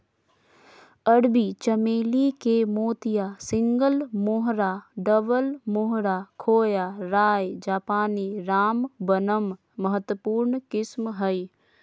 अरबी चमेली के मोतिया, सिंगल मोहोरा, डबल मोहोरा, खोया, राय जापानी, रामबनम महत्वपूर्ण किस्म हइ